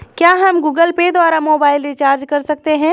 क्या हम Google Pay द्वारा मोबाइल रिचार्ज कर सकते हैं?